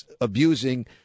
abusing